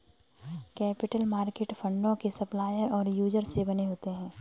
capital market फंडों के supplier और यूजर से बने होते हैं